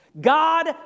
God